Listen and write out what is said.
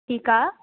ठीकु आहे